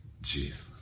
Jesus